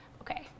Okay